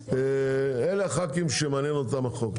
אלה הח"כים שמעניין אותם החוק.